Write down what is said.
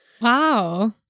Wow